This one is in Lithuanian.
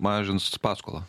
mažins paskolą